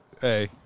hey